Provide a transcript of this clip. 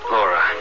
Laura